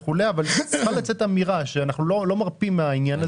אבל צריכה לצאת אמירה שאנחנו לא מרפים מהעניין הזה.